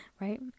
right